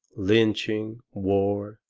lynching, war,